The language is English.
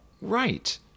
right